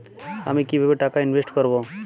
আমি কিভাবে টাকা ইনভেস্ট করব?